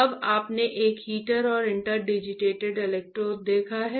अब आपने एक हीटर और इंटरडिजिटेड इलेक्ट्रोड देखा हैं